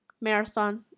marathon